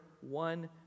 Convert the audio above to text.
one